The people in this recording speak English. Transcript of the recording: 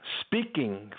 speaking